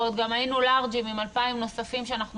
ועוד אפילו היינו לארג'ים עם 2,000 נוספים שאנחנו